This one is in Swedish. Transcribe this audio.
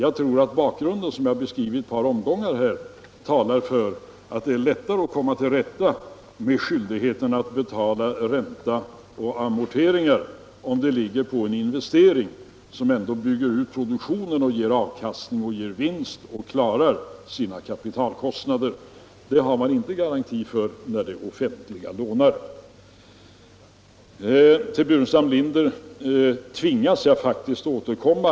Jag tror att bakgrunden, som jag har beskrivit i ett par omgångar här, talar för att det är lättare att uppfylla skyldigheten att betala ränta och amorteringar om de ligger på en investering som ändå bygger ut produktionen och ger avkastning och vinst och betalar sina kapitalkostnader. Det har man inte garanti för när det är offentliga lånare. Till herr Burenstam Linder tvingas jag faktiskt att återkomma.